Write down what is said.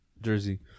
jersey